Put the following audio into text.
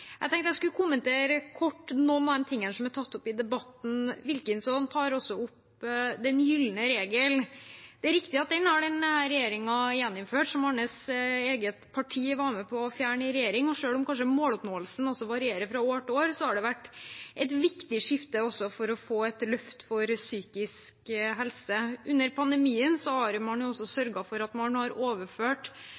Jeg tenkte jeg skulle kommentere kort noen av de tingene som er tatt opp i debatten. Wilkinson tar opp den gylne regel. Det er riktig at denne regjeringen har gjeninnført den, som hans eget parti i regjering var med på å fjerne, og selv om måloppnåelsen kanskje varierer fra år til år, har den gylne regel vært et viktig skifte for å få et løft for psykisk helse. Under pandemien har man sørget for at man har overført mye penger til kommunene, men ikke minst også